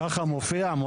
ככה מופיע?